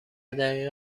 دقیقه